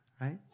right